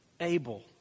Abel